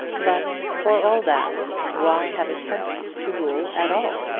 but, for all that, why have a tempest to rule at all?